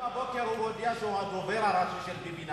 היום בבוקר הוא הודיע שהוא הדובר הראשי של ביבי נתניהו.